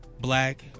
black